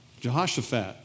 Jehoshaphat